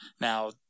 Now